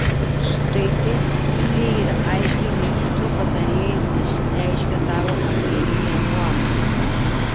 štai taip imliai ir aiškiai ministro patarėjas išreiškia savo asmeninę nuomonę